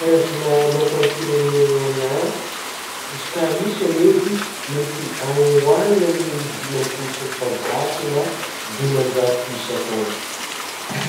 Karazagna lôko amin'ny firenegnanà izy ka isagny edy mety agny ho agny amin'ny dimampolo sy efajato na dimanjato isa akagny.